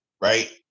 right